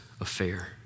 affair